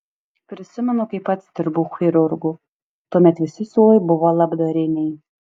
prisimenu kai pats dirbau chirurgu tuomet visi siūlai buvo labdariniai